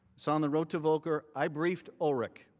so on the road to volker, i briefed ulrike,